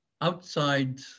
outside